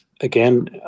Again